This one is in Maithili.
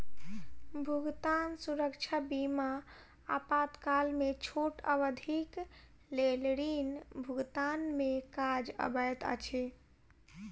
भुगतान सुरक्षा बीमा आपातकाल में छोट अवधिक लेल ऋण भुगतान में काज अबैत अछि